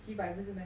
几百不是 meh